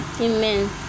Amen